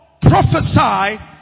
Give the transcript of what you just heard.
prophesy